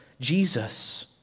Jesus